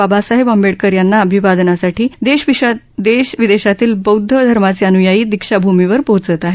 बाबासाहेब आंबेडकर यांना अभिवादनासाठी देश विदेशातील बौदध धर्माचे अन्यायी दीक्षाभूमीवर पोहोचत आहेत